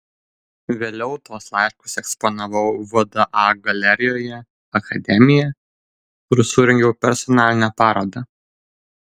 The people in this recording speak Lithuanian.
vėliau tuos laiškus eksponavau vda galerijoje akademija kur surengiau personalinę parodą